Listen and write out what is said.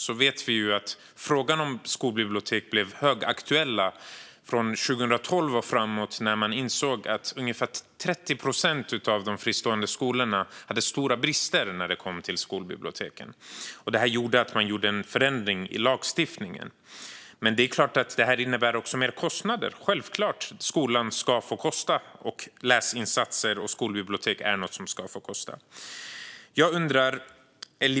Vi vet att frågan om skolbibliotek blev högaktuell från 2012 och framåt när man insåg att ungefär 30 procent av de fristående skolorna hade stora brister när det kom till skolbiblioteken. Det ledde till att man gjorde en förändring i lagstiftningen. Men det är klart att det också innebär mer kostnader - självklart. Skolan ska få kosta, och läsinsatser och skolbibliotek är något som ska få kosta.